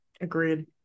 Agreed